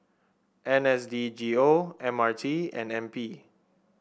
N S D G O M R T and N P